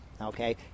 okay